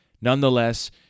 Nonetheless